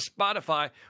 Spotify